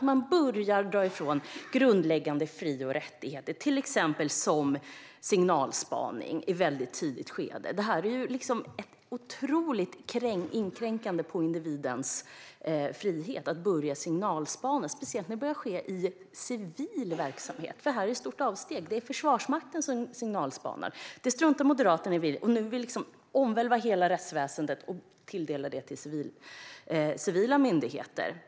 Man börjar dra undan grundläggande fri och rättigheter, till exempel genom signalspaning i ett tidigt skede. Det är otroligt inskränkande för individens frihet att signalspana, speciellt när det börjar ske i civil verksamhet. Det är ett stort avsteg. Det är Försvarsmakten som signalspanar. Detta struntar Moderaterna i och vill omvälva hela rättsväsendet och tilldela detta till civila myndigheter.